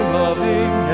loving